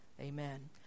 amen